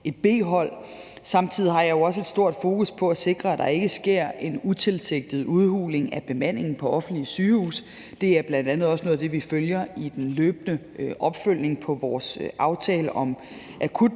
et B-hold. Samtidig har jeg jo også et stort fokus på at sikre, at der ikke sker en utilsigtet udhuling af bemandingen på offentlige sygehuse. Det er bl.a. også noget af det, vi følger i den løbende opfølgning på vores aftale om